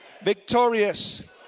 victorious